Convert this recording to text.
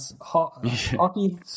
hockey